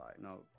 No